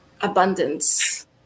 abundance